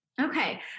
Okay